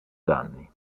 danni